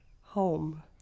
home